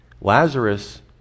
Lazarus